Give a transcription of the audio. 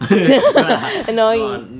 annoying